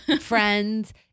Friends